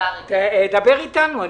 תדבר איתנו.